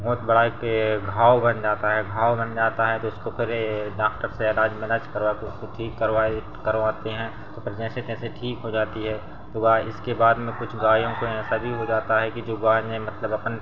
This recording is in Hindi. बहुत बड़ा ये घाव बन जाता है घाव बन जाता है तो उसको पहले डाक्टर से अलाज मिनाज करवा के उसको ठीक करवाए करवाते हैं तो फिर जैंसे तैसे ठीक हो जाती है तो गाय इसके बाद में कुछ गायों को ऐसा भी हो जाता है कि जो गाय ने मतलब अपन